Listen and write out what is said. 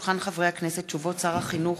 תשובות שר החינוך